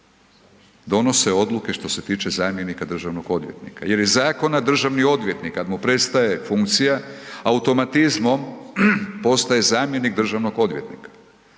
donose odluke što se tiče zamjenika državnog odvjetnika jer je zakon da državni odvjetnik kad mu prestaje funkcija automatizmom postaje zamjenik državnog odvjetnika.